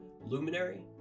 Luminary